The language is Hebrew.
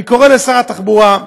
אני קורא לשר התחבורה: